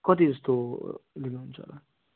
कति जस्तो लिनुहुन्छ होला